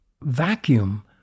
vacuum